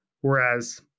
whereas